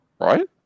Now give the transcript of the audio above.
Right